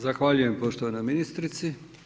Zahvaljujem poštovanoj ministrici.